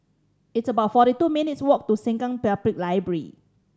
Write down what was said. it's about forty two minutes' walk to Sengkang Public Library